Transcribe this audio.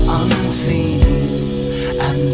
unseen